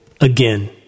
Again